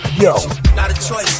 yo